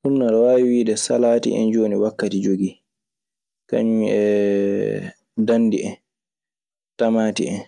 Ɗun non, aɗa waawi wiide salaati en. Jooni wakkati jogii kañun dandi en, tamaati en.